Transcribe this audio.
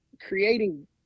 creating